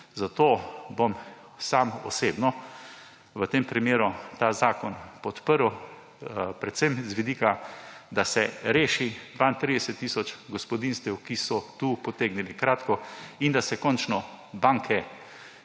zato bom sam osebno v tem primeru ta zakon podprl predvsem z vidika, da se reši 32 tisoč gospodinjstev, ki so tukaj potegnila kratko, in da se končno banke